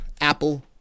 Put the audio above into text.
Apple